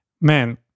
man